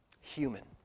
human